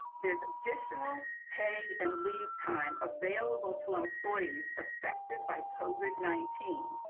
there's additional pay and leave time available to employees affected by covid nineteen,